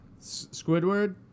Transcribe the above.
Squidward